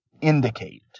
indicate